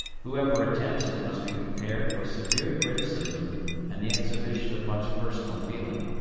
whoever attempts it must be prepared for severe criticism and the exhibition of much personal feeling.